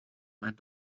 mijn